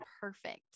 perfect